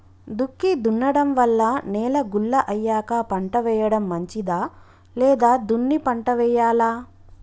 దుక్కి దున్నడం వల్ల నేల గుల్ల అయ్యాక పంట వేయడం మంచిదా లేదా దున్ని పంట వెయ్యాలా?